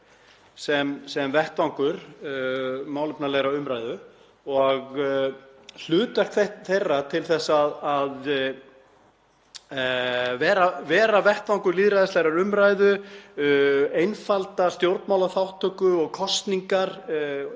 sem vettvangur málefnalegrar umræðu. Hlutverk þeirra að vera vettvangur lýðræðislegrar umræðu, einfalda stjórnmálaþátttöku og kosningar